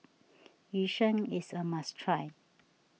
Yu Sheng is a must try